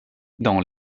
dans